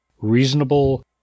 reasonable